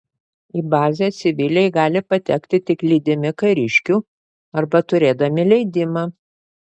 į bazę civiliai gali patekti tik lydimi kariškių arba turėdami leidimą